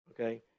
okay